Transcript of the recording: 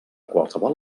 qualsevol